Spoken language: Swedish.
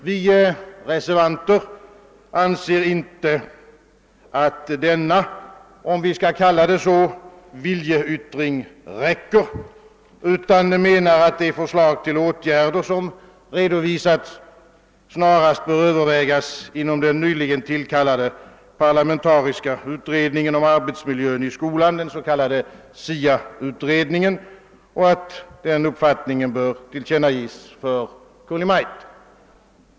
Vi reservanter anser inte att denna — om vi skall kalla det så — viljeyttring räcker utan menar att de förslag till åtgärder som redovisats snarast bör övervägas inom den nyligen tillkallade parlamentariska utredningen om arbetsmiljön i skolan, den s.k. STA-utredningen, och att den uppfattningen bör tillkännages för Kungl. Maj:t.